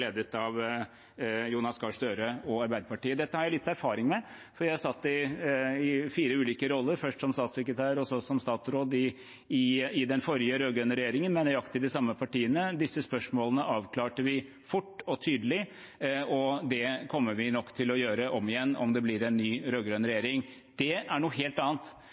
ledet av Jonas Gahr Støre og Arbeiderpartiet. Dette har jeg litt erfaring med, for jeg satt i fire ulike roller, først som statssekretær, så som statsråd i den forrige rød-grønne regjeringen med nøyaktig de samme partiene. Disse spørsmålene avklarte vi fort og tydelig, og det kommer vi nok til å gjøre om igjen om det blir en ny rød-grønn regjering. Det er noe helt annet